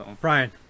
Brian